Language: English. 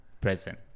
present